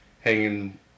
hanging